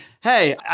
hey